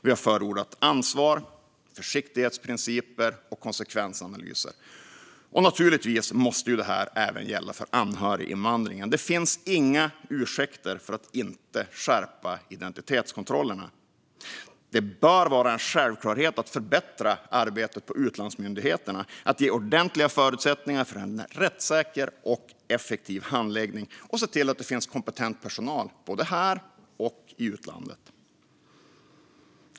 Vi har förordat ansvar, försiktighetsprinciper och konsekvensanalyser. Naturligtvis måste detta även gälla för anhöriginvandringen. Det finns inga ursäkter för att inte skärpa identitetskontrollerna. Det bör vara en självklarhet att man ska förbättra arbetet på utlandsmyndigheterna, ge ordentliga förutsättningar för en rättssäker och effektiv handläggning och se till att det finns kompetent personal både här och i utlandet.